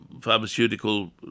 pharmaceutical